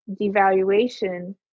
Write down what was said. devaluation